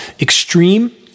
Extreme